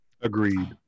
Agreed